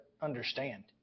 understand